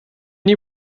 die